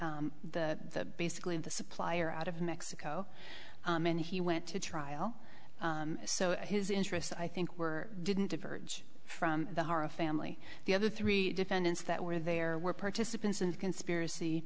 was the the basically the supplier out of mexico and he went to trial so his interests i think were didn't diverge from the horror of family the other three defendants that were there were participants in the conspiracy